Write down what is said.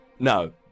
No